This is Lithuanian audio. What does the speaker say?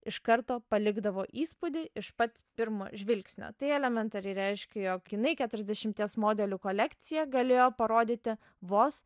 iš karto palikdavo įspūdį iš pat pirmo žvilgsnio tai elementariai reiškia jog jinai keturiasdešimties modelių kolekciją galėjo parodyti vos